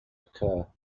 occur